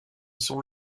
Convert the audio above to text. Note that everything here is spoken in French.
son